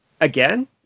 again